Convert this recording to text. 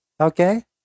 okay